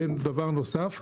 בנוסף,